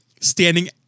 standing